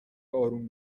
اروم